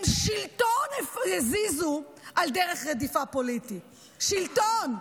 הם הזיזו שלטון על דרך רדיפה פוליטית, שלטון.